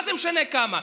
מה זה משנה כמה,